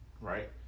right